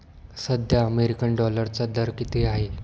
सध्या अमेरिकन डॉलरचा दर किती आहे?